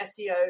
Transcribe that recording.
SEO